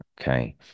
Okay